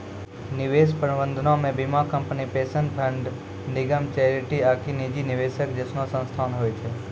निवेश प्रबंधनो मे बीमा कंपनी, पेंशन फंड, निगम, चैरिटी आकि निजी निवेशक जैसनो संस्थान होय छै